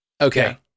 Okay